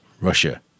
Russia